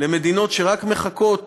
מדינות שרק מחכות